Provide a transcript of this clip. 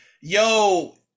yo